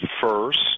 first